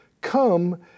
come